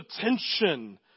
attention